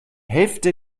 hälfte